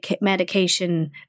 medication